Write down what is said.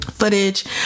footage